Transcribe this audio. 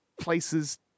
places